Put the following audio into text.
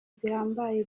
zihambaye